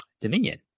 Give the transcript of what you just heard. Dominion